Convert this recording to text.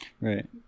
right